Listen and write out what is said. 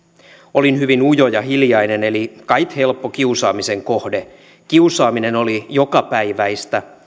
olin hyvin ujo ja hiljainen eli kait helppo kiusaamisen kohde kiusaaminen oli jokapäiväistä